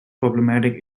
problematic